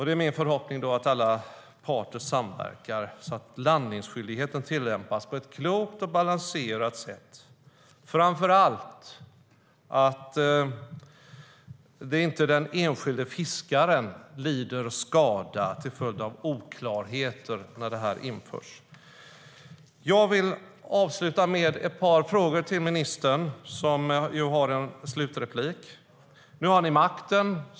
Det är min förhoppning att alla parter samverkar så att landningsskyldigheten tillämpas på ett klokt och balanserat sätt, framför allt så att inte den enskilde fiskaren lider skada till följd av oklarheter när detta införs. Låt mig avsluta med några frågor till ministern. Nu har ni makten.